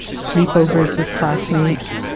sleepovers with classmates,